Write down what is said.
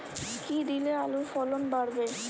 কী দিলে আলুর ফলন বাড়বে?